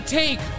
take